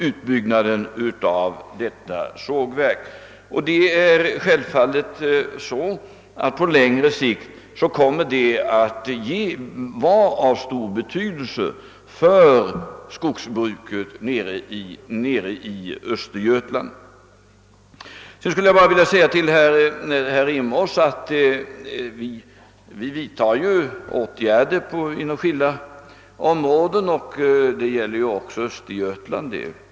Självfallet kommer detta på längre sikt att vara av stor betydelse för skogsbruket i Östergötland. För herr Rimås vill jag påpeka att vi vidtar åtgärder även när det gäller bostadsbyggandet inom skilda områden, också i Östergötland.